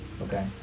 Okay